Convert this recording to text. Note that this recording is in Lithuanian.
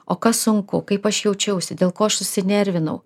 o kas sunku kaip aš jaučiausi dėl ko aš susinervinau